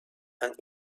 and